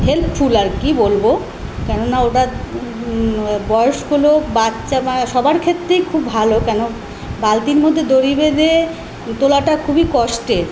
helpful আর কী বলবো কেননা ওটা বয়স্ক লোক বাচ্চা বা সবার ক্ষেত্রেই খুব ভালো কেন বালতির মধ্যে দড়ি বেঁধে তোলাটা খুবই কষ্টের